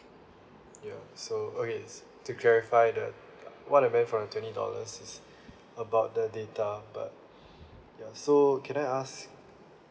ya so okay to clarify that what I meant for the twenty dollars is about the data but ya so can I ask